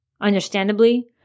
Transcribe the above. Understandably